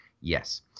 Yes